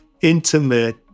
intimate